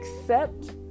accept